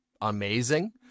amazing